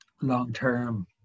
long-term